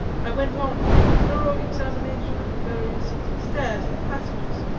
i went on to make a thorough examination of the various stairs and passages,